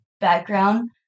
background